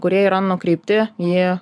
kurie yra nukreipti į